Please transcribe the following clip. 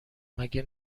مگه